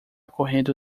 correndo